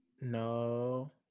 No